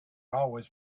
always